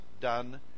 done